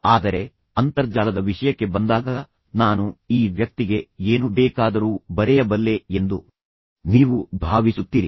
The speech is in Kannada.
ಆದರೆ ಅಂತರ್ಜಾಲದ ವಿಷಯಕ್ಕೆ ಬಂದಾಗ ನಾನು ಈ ವ್ಯಕ್ತಿಗೆ ಏನು ಬೇಕಾದರೂ ಬರೆಯಬಲ್ಲೆ ಎಂದು ನೀವು ಭಾವಿಸುತ್ತೀರಿ